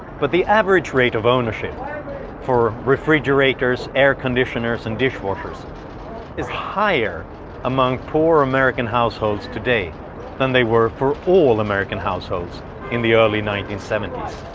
but the average rate of ownership for refrigerators, air conditioners, and dishwashers is higher among poor american households today, than then they were for all american households in the early nineteen seventy s.